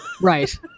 Right